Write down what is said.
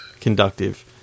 Conductive